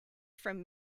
from